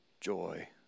joy